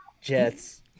Jets